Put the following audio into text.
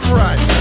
right